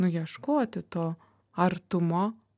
nu ieškoti to artumo